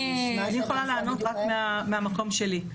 אני יכולה לענות רק מהמקום שלי.